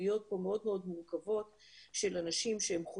יש לנו בעיות וסוגיות מאוד מורכבות של אנשים שחוששים,